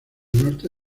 norte